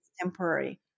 temporary